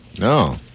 No